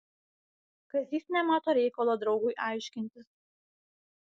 kazys nemato reikalo draugui aiškintis